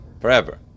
Forever